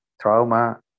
Trauma